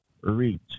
reach